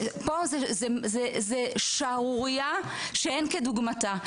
-- פה זאת שערורייה שאין כדוגמתה.